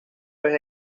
vez